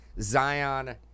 Zion